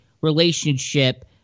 relationship